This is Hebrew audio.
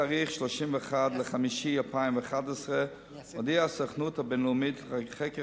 בתאריך 31 במאי 2011 הודיעה הסוכנות הבין-לאומית לחקר